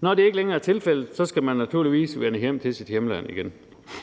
Når det ikke længere er tilfældet, skal man naturligvis vende hjem til sit hjemland igen.